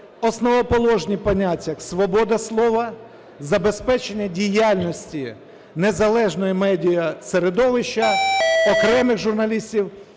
основоположні поняття, як свобода слова, забезпечення діяльності незалежного медіасередовища, окремих журналістів,